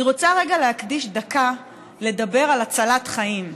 אני רוצה להקדיש דקה לדבר על הצלת חיים.